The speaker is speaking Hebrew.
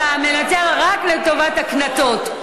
אתה מנצל רק לטובת הקנטות,